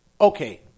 okay